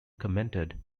commented